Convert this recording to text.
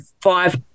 five